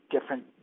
different